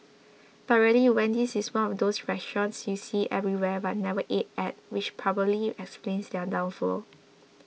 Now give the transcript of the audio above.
but really Wendy's is one of those restaurants you see everywhere but never ate at which probably explains their downfall